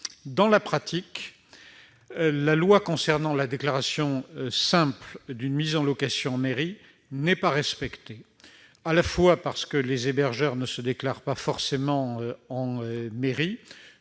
Dans la pratique, la loi concernant la déclaration simple d'une mise en location en mairie n'est pas respectée, notamment parce que les hébergeurs ne se déclarent pas toujours en mairie,